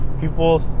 people